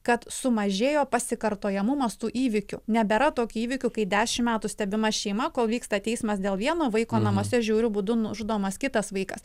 kad sumažėjo pasikartojamumas tų įvykių nebėra tokių įvykių kai dešimt metų stebima šeima kol vyksta teismas dėl vieno vaiko namuose žiauriu būdu nužudomas kitas vaikas